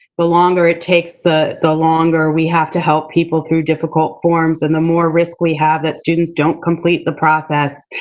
the longer it takes, the the longer we have to help people through difficult forms and the more risk we have that students don't complete the process,